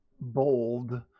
bold